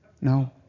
No